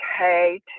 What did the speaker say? okay